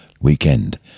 weekend